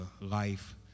life